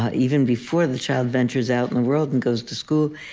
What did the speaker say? ah even before the child ventures out in the world and goes to school,